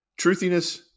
Truthiness